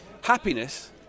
Happiness